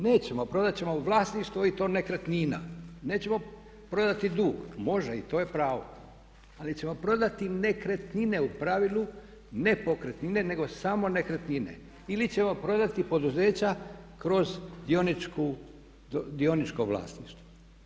Nećemo prodati, prodati ćemo vlasništvo i to nekretnina, nećemo prodati dug, može i to je pravo ali ćemo prodati nekretnine u pravilu, ne pokretnine nego samo nekretnine ili ćemo prodati poduzeća kroz dioničko vlasništvo.